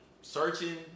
searching